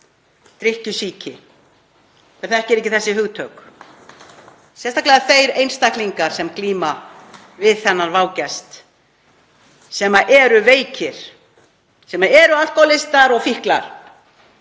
drykkjusýki. Hver þekkir ekki þessi hugtök? Sérstaklega þeir einstaklingar sem glíma við þennan vágest, sem eru veikir, sem eru alkóhólistar og fíklar.